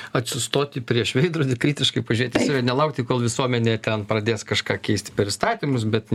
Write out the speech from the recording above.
atsistoti prieš veidrodį kritiškai pažiūrėt į save nelaukti kol visuomenė ten pradės kažką keisti per įstatymus bet